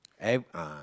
eve~ ah